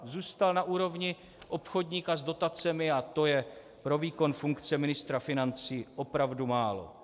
Zůstal na úrovni obchodníka s dotacemi a to je pro výkon funkce ministra financí opravdu málo.